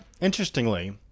interestingly